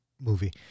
movie